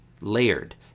layered